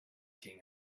king